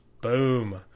Boom